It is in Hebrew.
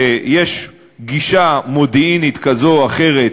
ויש פגישה מודיעינית כזו או אחרת,